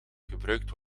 gebruikt